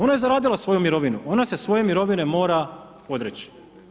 Ona je zaradila svoju mirovinu, ona se svoje mirovine mora odreći.